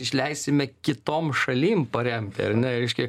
išleisime kitom šalim paremt ar ne reiškia